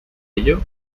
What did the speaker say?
ello